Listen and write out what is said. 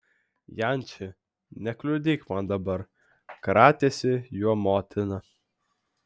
janči nekliudyk man dabar kratėsi juo motina